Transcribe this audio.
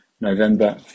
November